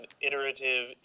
iterative